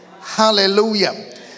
Hallelujah